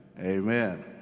Amen